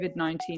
COVID-19